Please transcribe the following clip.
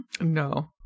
No